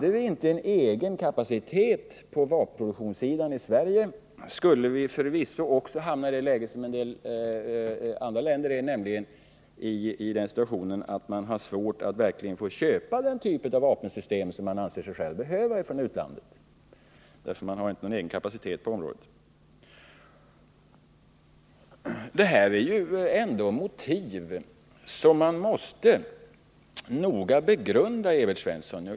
Om vi inte hade en egen kapacitet på vapenproduktionssidan i Sverige, skulle vi förvisso också hamna i samma läge som en del andra länder befinner sig i, nämligen att det blir svårt att verkligen få köpa den typ av vapensystem från utlandet som man anser sig själv behöva. Det här är ändå motiv som man måste noga begrunda, Evert Svensson.